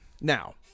Now